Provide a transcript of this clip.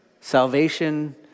salvation